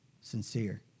sincere